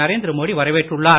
நரேந்திர மோடி வரவேற்றுள்ளார்